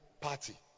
Party